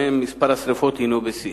שבהם מספר השרפות הוא בשיא,